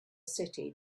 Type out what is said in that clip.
city